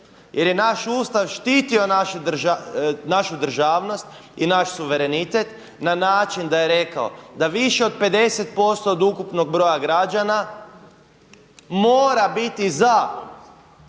jer je naš Ustav štitio našu državnost i naš suverenitet na način da je rekao da više od 50% od ukupnog broja građana mora biti za